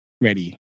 ready